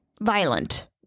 violent